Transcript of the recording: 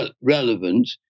relevant